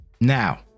Now